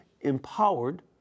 empowered